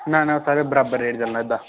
ना ना सर बराबर रेट चलना एह्दा